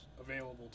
available